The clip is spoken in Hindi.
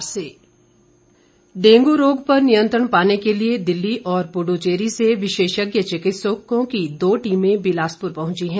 डेंगू डेंगू रोग पर नियंत्रण पाने के लिए दिल्ली और पुड्डुचेरी से विशेषज्ञ चिकित्सकों की दो टीमें बिलासपुर पहुंची है